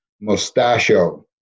Mustachio